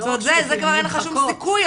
זה כבר אין לך שום סיכוי,